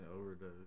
overdose